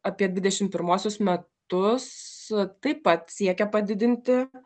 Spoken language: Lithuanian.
apie dvidešimt pirmuosius metus taip pat siekė padidinti